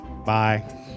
Bye